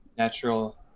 natural